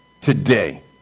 today